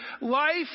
Life